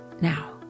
Now